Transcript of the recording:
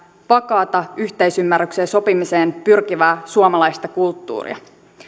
vakaata yhteisymmärrykseen ja sopimiseen pyrkivää suomalaista kulttuuria